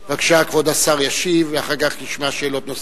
בבקשה, כבוד השר ישיב, ואחר כך נשמע שאלות נוספות.